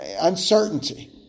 uncertainty